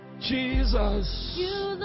Jesus